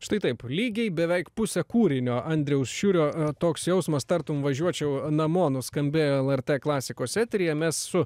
štai taip lygiai beveik pusę kūrinio andriaus šiurio toks jausmas tartum važiuočiau namo nuskambėjo lrt klasikos eteryje mes su